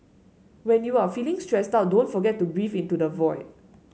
when you are feeling stressed out don't forget to breathe into the void